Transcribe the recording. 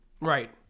Right